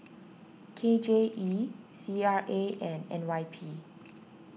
K J E C RA and N Y P